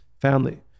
family